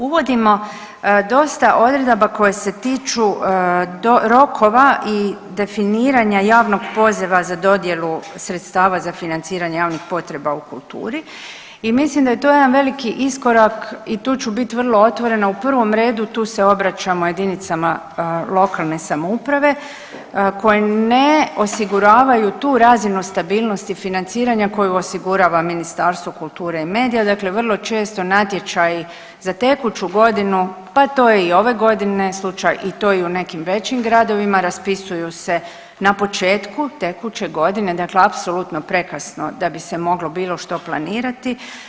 Uvodimo dosta odredaba koje se tiču rokova i definiranja javnog poziva za dodjelu sredstava za financiranje javnih potreba u kulturi i mislim da je to jedan veliki iskorak i tu ću biti vrlo otvorena, u prvom redu tu se obraćamo jedinicama lokalne samouprave koje ne osiguravaju tu razinu stabilnosti financiranja koju osigurava Ministarstvo kulture i medija, dakle vrlo često natječaji za tekuću godinu, pa to je i ove godine slučaj to je i u nekim većim gradovima raspisuju se na početku tekuće godine, dakle apsolutno prekasno da bi se moglo bilo što planirati.